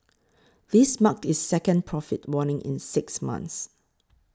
this marked its second profit warning in six months